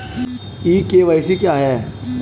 ई KYC क्या है?